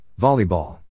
Volleyball